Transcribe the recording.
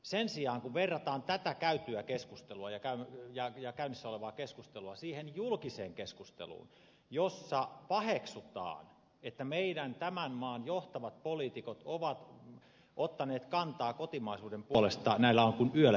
sen sijaan kun verrataan tätä käytyä ja käynnissä olevaa keskustelua siihen julkiseen keskusteluun jossa paheksutaan että meidän tämän maan johtavat poliitikot ovat ottaneet kantaa kotimaisuuden puolesta näillä on kuin yöllä ja päivällä eroa